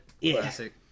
classic